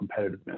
competitiveness